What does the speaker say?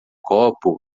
copo